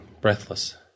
breathless